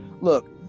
look